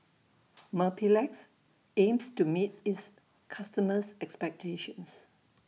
Mepilex aims to meet its customers' expectations